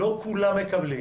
לא כולם מקבלים